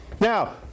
Now